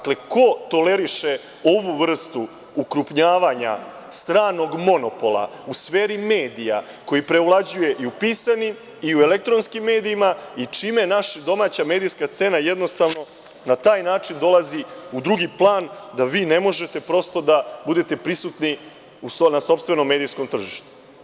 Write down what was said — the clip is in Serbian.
Ko toleriše ovu vrstu ukrupnjavanja stranog monopola u sferi medija koji preovlađuje i u pisanim i u elektronskim medijima i čime naša domaća medijska scena jednostavno na taj način dolazi u drugi plan da vi ne možete prosto da budete prisutni na sopstvenom medijskom tržištu?